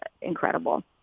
incredible